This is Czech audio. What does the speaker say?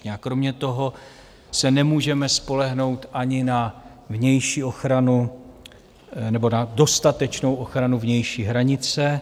A kromě toho se nemůžeme spolehnout ani na vnější ochranu nebo na dostatečnou ochranu vnější hranice.